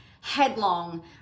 headlong